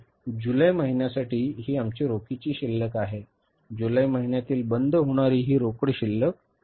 तर जुलै महिन्यासाठी ही आमची रोखीची शिल्लक आहे जुलै महिन्यातील बंद होणारी ही रोकड शिल्लक आहे